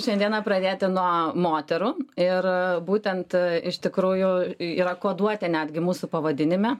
šiandieną pradėti nuo moterų ir būtent iš tikrųjų yra koduotė netgi mūsų pavadinime